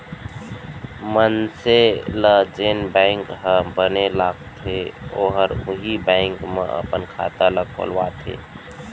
मनसे ल जेन बेंक ह बने लागथे ओहर उहीं बेंक म अपन खाता ल खोलवाथे